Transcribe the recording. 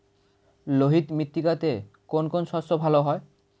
লোহিত মৃত্তিকাতে কোন কোন শস্য ভালো হয়?